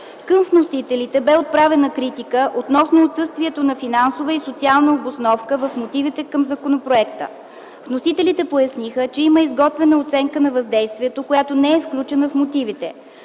Към вносителите бе отправена критика относно отсъствието на финансова и социална обосновка в мотивите към законопроекта. Вносителите поясниха, че има изготвена оценка на въздействието , която не е включена в мотивите.